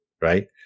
right